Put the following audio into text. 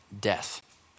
death